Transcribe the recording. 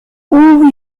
oral